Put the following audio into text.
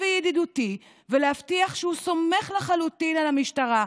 וידידותי ולהבטיח שהוא סומך לחלוטין על המשטרה,